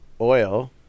oil